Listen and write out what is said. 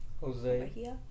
Jose